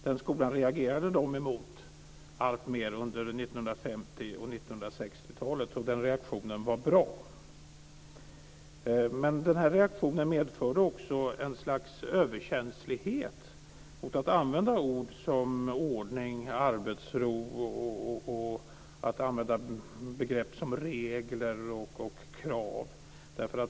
Den skolan reagerade dem emot alltmer under 1950 och 1960-talen, och den reaktionen var bra. Men den reaktionen medförde också ett slags överkänslighet mot att använda ord som ordning, arbetsro och att använda begrepp som regler och krav.